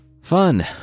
Fun